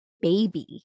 baby